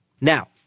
Now